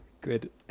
Good